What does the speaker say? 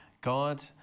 God